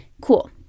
Cool